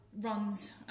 runs